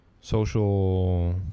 Social